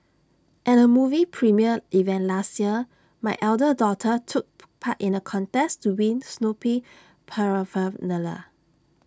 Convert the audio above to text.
at A movie premiere event last year my elder daughter took part in A contest to win Snoopy Paraphernalia